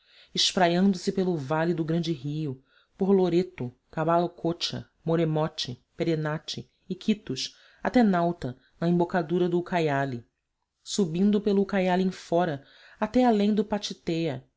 espraiando se pelo vale do grande rio por loreto caballo cocha moremote perenate iquitos até nauta na embocadura do ucaiali subindo pelo ucaiali em fora até além do pachitéa